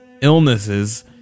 illnesses